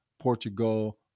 Portugal